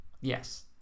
Yes